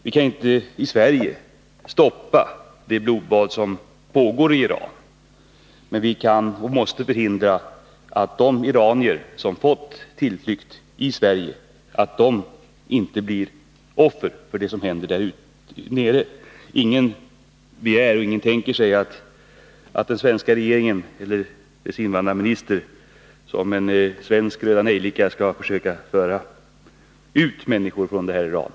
Vi kan inte i Sverige stoppa det blodbad som pågår i Iran, men vi kan och måste förhindra att de iranier som har fått en tillflykt i Sverige inte blir offer för det som händer där nere. Ingen begär eller tänker sig att den svenska regeringen eller dess invandrarminister som en svensk Röda nejlikan skall försöka föra ut människor från Iran.